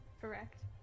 Correct